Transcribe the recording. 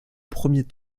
premier